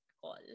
call